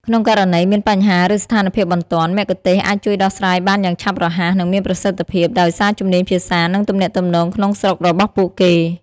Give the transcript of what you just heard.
ក្នុងករណីមាន បញ្ហា ឬស្ថានភាពបន្ទាន់ មគ្គុទ្ទេសក៍អាចជួយដោះស្រាយបានយ៉ាងឆាប់រហ័ស និងមានប្រសិទ្ធភាព ដោយសារជំនាញភាសា និងទំនាក់ទំនងក្នុងស្រុករបស់ពួកគេ។